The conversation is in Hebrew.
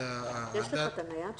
עד